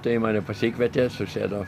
tai mane pasikvietė susėdo